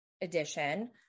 edition